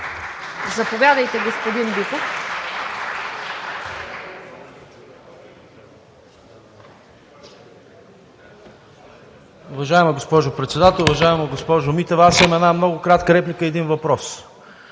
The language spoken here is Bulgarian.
Заповядайте, господин Биков.